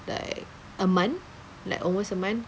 like a month like almost a month